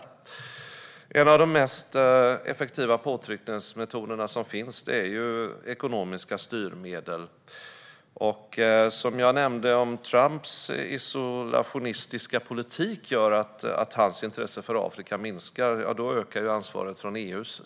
En av de mest effektiva påtryckningsmetoder som finns är ekonomiska styrmedel. Om Trumps isolationistiska politik leder till att hans intresse för Afrika minskar ökar ansvaret för EU.